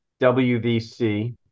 WVC